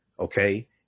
Okay